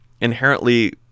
inherently